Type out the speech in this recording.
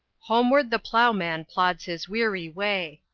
homeward the ploughman plods his weary way.